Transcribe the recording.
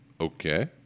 Okay